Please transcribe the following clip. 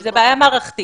זו בעיה מערכתית.